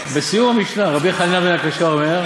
בסיום המשנה: "רבי חנניה בן עקשיא אומר: